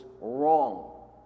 wrong